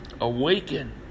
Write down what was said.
Awaken